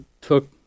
took